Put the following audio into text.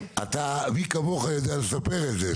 מי כמוך יודע לספר את זה,